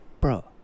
Bro